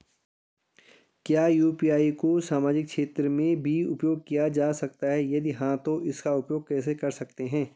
क्या यु.पी.आई को सामाजिक क्षेत्र में भी उपयोग किया जा सकता है यदि हाँ तो इसका उपयोग कैसे कर सकते हैं?